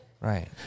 Right